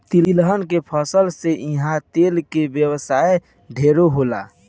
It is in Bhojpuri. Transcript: तिलहन के फसल से इहा तेल के व्यवसाय ढेरे होला